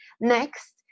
Next